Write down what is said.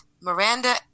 Miranda